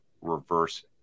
reverse